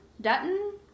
Dutton